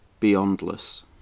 Beyondless